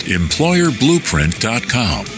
employerblueprint.com